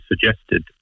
suggested